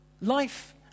life